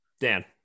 Dan